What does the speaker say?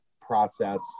process